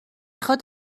خواد